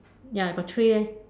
ya got three leh